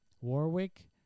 Warwick